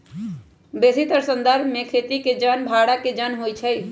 बेशीतर संदर्भ में खेती के जन भड़ा के जन होइ छइ